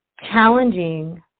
Challenging